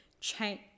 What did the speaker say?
change